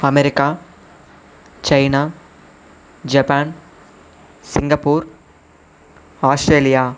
America China Japan Singapore Australia